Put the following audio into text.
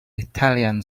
italian